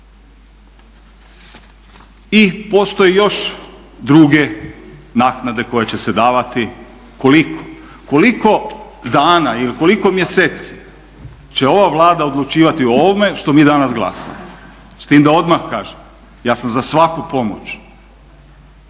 I postoji još druge naknade koje će se davati. Koliko? Koliko dana ili koliko mjeseci će ova Vlada odlučivati o ovome što mi danas glasamo, s tim da odmah kažem ja sam za svaku pomoć.